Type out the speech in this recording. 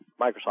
Microsoft